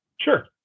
Sure